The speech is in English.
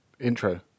intro